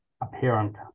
apparent